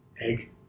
egg